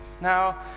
Now